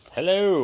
Hello